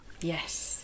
Yes